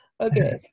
Okay